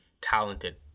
talented